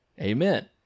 Amen